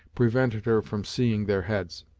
prevented her from seeing their heads,